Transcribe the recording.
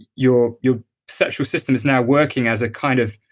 your your sexual system is now working as a kind of